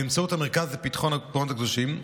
באמצעות המרכז לפיתוח המקומות הקדושים,